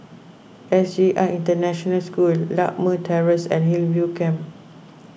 S J I International School Lakme Terrace and Hillview Camp